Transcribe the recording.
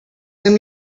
send